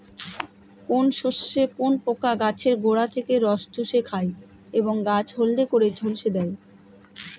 কোন শস্যে কোন পোকা গাছের গোড়া থেকে রস চুষে খায় এবং গাছ হলদে করে ঝলসে দেয়?